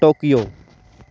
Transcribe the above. Tokyo